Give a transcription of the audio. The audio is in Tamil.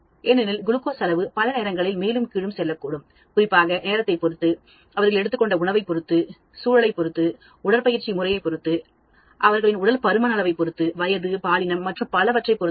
ஏனெனில் குளுக்கோஸ் அளவுபல நேரங்களில் மேலும் கீழும் செல்லக்கூடும் குறிப்பாக நேரத்தை பொறுத்து அவர்கள் எடுத்த உணவைப் பொறுத்து பொறுத்துசூழல் உடற்பயிற்சி முறையைப் பொறுத்து அவற்றின் உடல் பருமன் அளவைப் பொறுத்துவயது பாலினம் மற்றும் பலவற்றைப் பொறுத்து